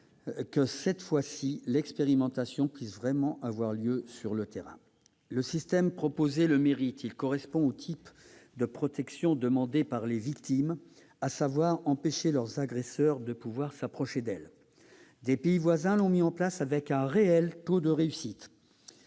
cette fois-ci, vraiment avoir lieu sur le terrain. Le système proposé le mérite : il correspond au type de protection demandé par les victimes, à savoir celui visant à empêcher leurs agresseurs de s'approcher d'elles. Des pays voisins l'ont mis en place avec un réel taux de réussite.